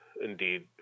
Indeed